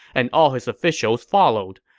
and all his officials followed.